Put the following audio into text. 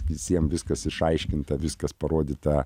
visiem viskas išaiškinta viskas parodyta